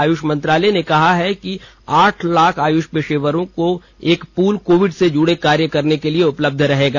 आयुष मंत्रालय ने कहा है कि आठ लाख आयुष पेशेवरों का एक पूल कोविड से जुड़े कार्य करने के लिए उपलब्ध रहेगा